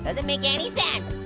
doesn't make any sense.